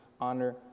honor